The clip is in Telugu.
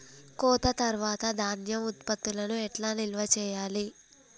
కోత తర్వాత ధాన్యం ఉత్పత్తులను ఎట్లా నిల్వ చేయాలి?